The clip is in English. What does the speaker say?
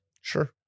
Sure